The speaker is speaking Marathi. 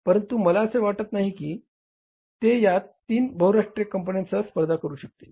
परंतु मला असे वाटत नाही की ते या तीन बहुराष्ट्रीय कंपन्यांसह स्पर्धा करू शकतील